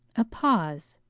a pause.